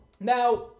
Now